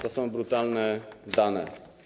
To są brutalne dane.